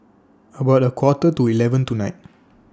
about A Quarter to eleven tonight